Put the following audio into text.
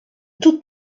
toute